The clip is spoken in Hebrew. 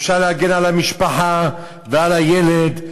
אפשר להגן על המשפחה ועל הילד,